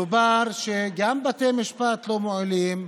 שבה גם בתי המשפט לא מועילים,